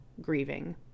grieving